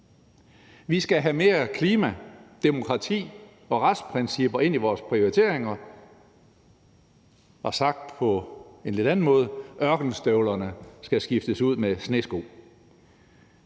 Vi skal have mere klima, demokrati og retsprincipper ind i vores prioriteringer. Og sagt på en lidt anden måde skal ørkenstøvlerne skiftes ud med snesko.